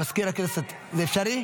מזכיר הכנסת, זה אפשרי?